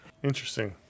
Interesting